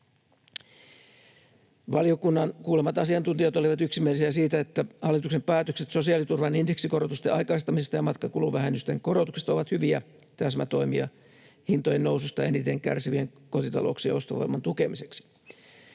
Valiokunnan kuulemat asiantuntijat olivat yksimielisiä siitä, että hallituksen päätökset sosiaaliturvan indeksikorotusten aikaistamisesta ja matkakuluvähennysten korotuksista ovat hyviä täsmätoimia hintojen noususta eniten kärsivien kotitalouksien ostovoiman tukemiseksi.